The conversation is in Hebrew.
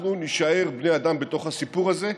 אנחנו נישאר בני אדם בתוך הסיפור הזה,